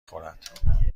خورد